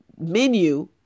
menu